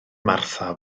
martha